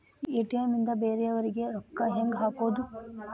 ATM ನಿಂದ ಬೇರೆಯವರಿಗೆ ರೊಕ್ಕ ಹೆಂಗ್ ಹಾಕೋದು?